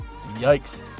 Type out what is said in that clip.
Yikes